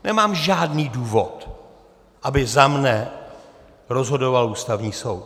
Nemám žádný důvod, aby za mne rozhodoval Ústavní soud.